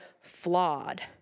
flawed